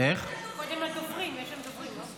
יש דוברים, לא?